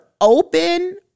open